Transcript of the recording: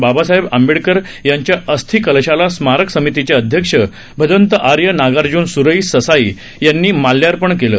बाबासाहेब आंबेडकर यांच्या अस्थिकलशाला स्मारक समितीचे अध्यक्ष भदन्त आर्य नागार्ज्ञन स्रई ससाई यांनी माल्यार्पण केलं